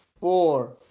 four